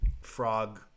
frog